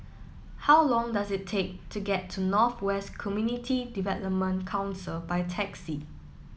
how long does it take to get to North West Community Development Council by taxi